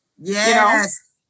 Yes